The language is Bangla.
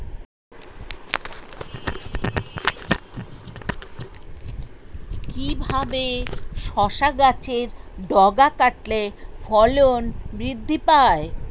কিভাবে শসা গাছের ডগা কাটলে ফলন বৃদ্ধি পায়?